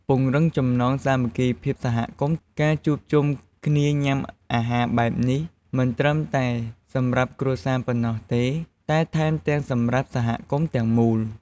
ពង្រឹងចំណងសាមគ្គីភាពសហគមន៍ ការជួបជុំគ្នាញ៉ាំអាហារបែបនេះ មិនត្រឹមតែសម្រាប់គ្រួសារប៉ុណ្ណោះទេ តែថែមទាំងសម្រាប់សហគមន៍ទាំងមូល។